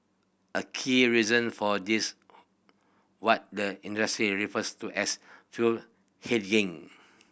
a key reason for this what the industry refers to as fuel hedging